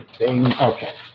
okay